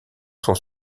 son